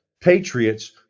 patriots